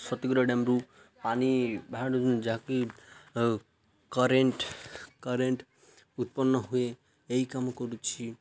ସତୀଗୁଡ଼ା ଡ୍ୟାମ୍ରୁ ପାଣି ବାହା ଯାହାକି କରେଣ୍ଟ କରେଣ୍ଟ ଉତ୍ପନ୍ନ ହୁଏ ଏହି କାମ କରୁଛି